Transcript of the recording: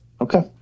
Okay